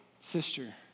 sister